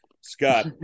Scott